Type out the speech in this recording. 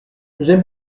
j’aime